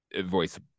voice